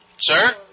Sir